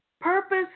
Purpose